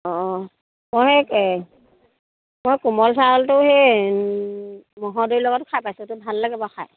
অঁ মই সেই মই কোমল চাউলটো সেই ম'হৰ দৈৰ লগত খাই পাইছোঁতো ভাল লাগে বাৰু খায়